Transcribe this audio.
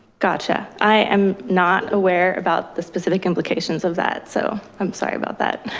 gotcha. i am not aware about the specific implications of that. so i'm sorry about that.